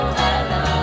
hello